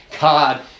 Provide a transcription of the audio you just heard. God